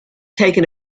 taken